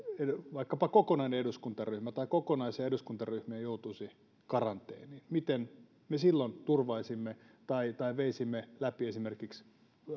vaikkapa kokonainen eduskuntaryhmä tai kokonaisia eduskuntaryhmiä joutuisi karanteeniin miten me silloin turvaisimme tai tai veisimme läpi esimerkiksi